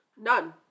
None